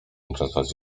uczesać